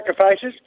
sacrifices